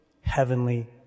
heavenly